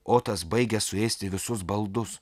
otas baigia suėsti visus baldus